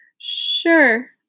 Sure